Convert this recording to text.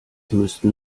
müssten